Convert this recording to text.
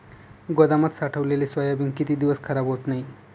गोदामात साठवलेले सोयाबीन किती दिवस खराब होत नाही?